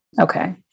okay